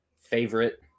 favorite